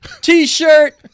t-shirt